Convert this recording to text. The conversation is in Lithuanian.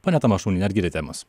ponia tamašuniene ar girdite mus